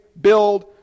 build